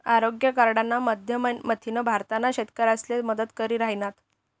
आरोग्य कार्डना माध्यमथीन भारतना शेतकरीसले मदत करी राहिनात